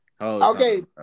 okay